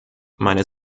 meine